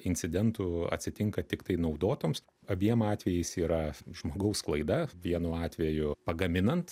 incidentų atsitinka tiktai naudotoms abiem atvejais yra žmogaus klaida vienu atveju pagaminant